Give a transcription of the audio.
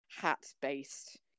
hat-based